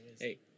Hey